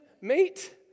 mate